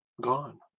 gone